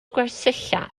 gwersylla